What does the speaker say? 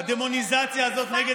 הדמוניזציה הזאת נגד